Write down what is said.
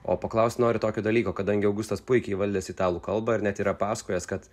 o paklaust noriu tokio dalyko kadangi augustas puikiai įvaldęs italų kalbą ir net yra pasakojęs kad